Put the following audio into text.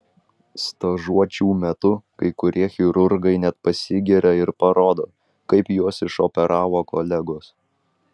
stažuočių metu kai kurie chirurgai net pasigiria ir parodo kaip juos išoperavo kolegos